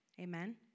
Amen